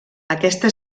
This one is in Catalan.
aquesta